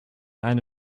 eine